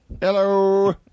hello